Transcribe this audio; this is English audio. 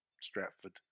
Stratford